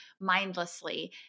mindlessly